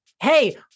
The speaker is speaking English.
Hey